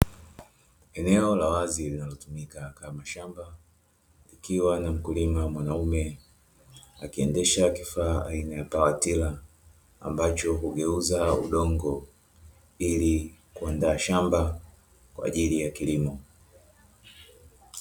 Eneo la wazi linalotumika kama shamba kukiwa na mkulima mwanaume akiendesha kifaa aina ya pawatila amabcho hugeuza udongo ili kuandaa shamba kwa ajili ya kilimo.